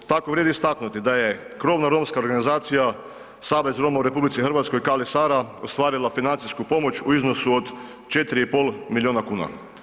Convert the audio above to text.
Tako vrijedi istaknuti da je krovna romska organizacija Savez Roma u RH „Kali Sara“ ostvarila financijsku pomoć u iznosu od 4,5 milijuna kuna.